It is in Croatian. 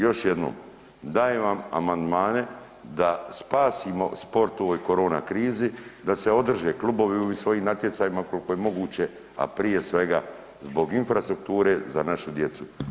Još jednom, dajem vam amandmane da spasimo sport u ovoj korona krizi da se održe klubovi u svojim natjecanjima koliko je moguće, a prije svega zbog infrastrukture za našu djecu.